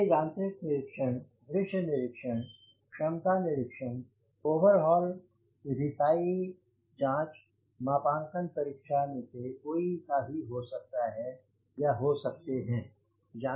ये यांत्रिक निरीक्षण दृश्य निरीक्षण क्षमता निरीक्षण ओवर हाल रिसाई जाँच मापांकन परीक्षा में से कोई सा भी हो सकता है या हो सकते हैं